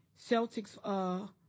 Celtics